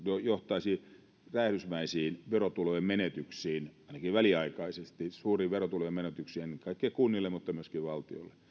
tämähän johtaisi räjähdysmäisiin verotulojen menetyksiin ainakin väliaikaisesti suuriin verotulojen menetyksiin ennen kaikkea kunnille mutta myöskin valtiolle